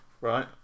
right